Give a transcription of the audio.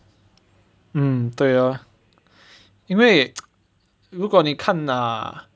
mm 对 lor 因为 如果你看 ah